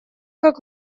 как